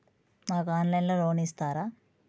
నాకు ఆన్లైన్లో లోన్ ఇస్తారా?